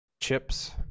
chips